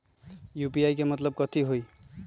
UPI के मतलब कथी होई?